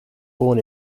born